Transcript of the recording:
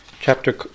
chapter